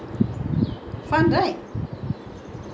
but was it fun staying with all those people those days